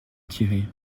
tirer